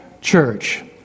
church